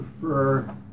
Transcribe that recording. prefer